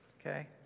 okay